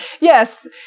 yes